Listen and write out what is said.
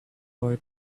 boy